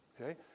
okay